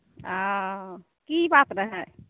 की बात रहै